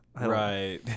Right